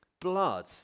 Blood